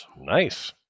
Nice